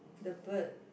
the bird